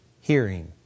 hearing